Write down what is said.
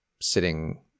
sitting